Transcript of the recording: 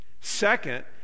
second